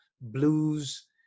blues